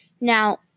Now